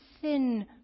thin